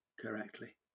correctly